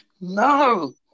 No